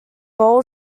bowl